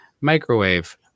microwave